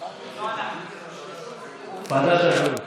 ועדת הבריאות.